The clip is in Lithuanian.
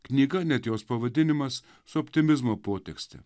knyga net jos pavadinimas su optimizmo potekstė